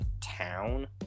town